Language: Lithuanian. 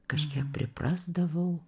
kažkiek priprasdavau